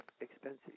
expensive